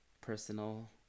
personal